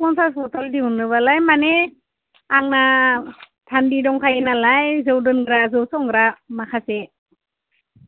पन्सास बथल दिहुननोब्लालाय माने आंना हान्दि दंखायोनालाय जौ दोनग्रा जौ संग्रा माखासे